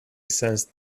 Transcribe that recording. sensed